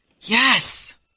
Yes